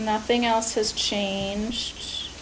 nothing else has change